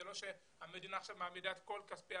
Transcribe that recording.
זה לא שהמדינה עכשיו מעמידה את כל כספי